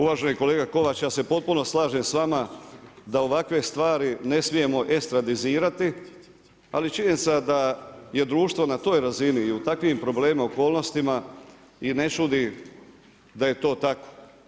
Uvaženi kolega Kovač, ja se potpuno slažem s vama, da ovakve stvari ne smijemo estradizirati, ali činjenica da je društvo na toj razini i u takvim problemima, okolnostima i ne čudi da je to tako.